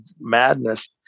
madness